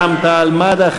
רע"ם-תע"ל-מד"ע,